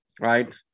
Right